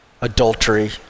adultery